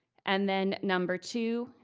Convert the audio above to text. and then number two,